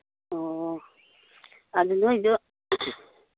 ꯑꯣ ꯑꯗꯨ ꯅꯣꯏꯗꯣ